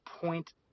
point